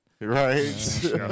Right